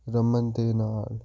ਰਮਨ ਦੇ ਨਾਲ